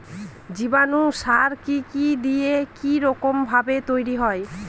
জীবাণু সার কি কি দিয়ে কি রকম ভাবে তৈরি হয়?